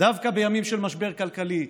דווקא בימים של משבר כלכלי,